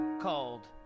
called